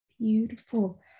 Beautiful